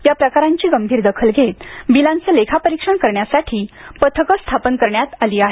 या प्रकारांची गंभीर दखल घेत बिलांचे लेखापरीक्षण करण्यासाठी पथके स्थापन करण्यात आली आहेत